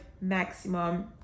maximum